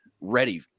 ready